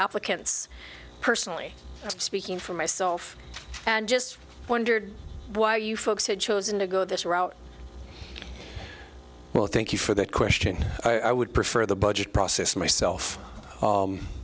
applicants personally speaking for myself and just wondered why you folks had chosen to go this route well thank you for that question i would prefer the budget process myself